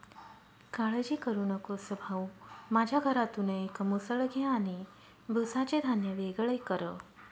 काळजी करू नकोस भाऊ, माझ्या घरातून एक मुसळ घे आणि भुसाचे धान्य वेगळे कर